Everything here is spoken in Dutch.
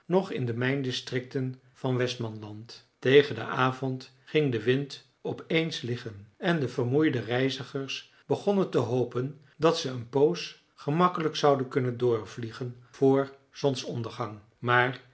nog in de mijndistricten van westmanland tegen den avond ging de wind op eens liggen en de vermoeide reizigers begonnen te hopen dat ze een poos gemakkelijk zouden kunnen doorvliegen vr zonsondergang maar